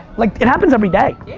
like it happens everyday.